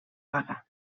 vaga